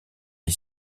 est